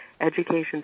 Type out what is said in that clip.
education